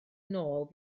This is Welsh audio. nôl